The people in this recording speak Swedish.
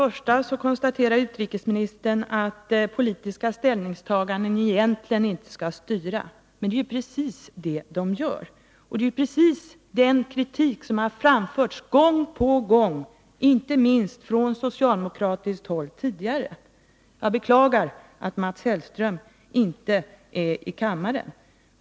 Först och främst menar utrikesministern att politiska ställningstaganden egentligen inte bör styra bankens 57 verksamhet. Men det är precis detta som sker. Det är precis den kritik som gång på gång har framförts inte minst från socialdemokratiskt håll. Jag beklagar att Mats Hellström inte är närvarande här i kammaren.